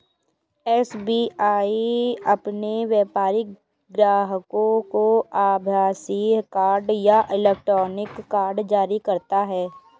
SBI अपने व्यापारिक ग्राहकों को आभासीय कार्ड या इलेक्ट्रॉनिक कार्ड जारी करता है